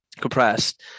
compressed